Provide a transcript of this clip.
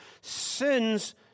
sin's